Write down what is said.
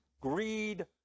greed